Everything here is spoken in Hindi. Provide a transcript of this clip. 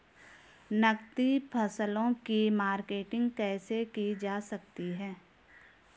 नकदी फसलों की मार्केटिंग कैसे की जा सकती है?